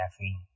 caffeine